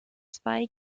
zwei